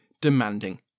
demanding